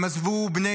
הם עזבו בני